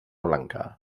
blanca